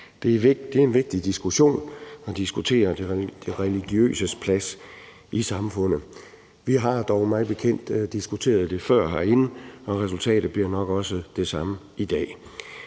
Det er vigtigt at diskutere det religiøses plads i samfundet. Vi har dog mig bekendt diskuteret det før herinde, og resultatet bliver nok også det samme i dag.